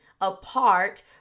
apart